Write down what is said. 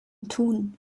tun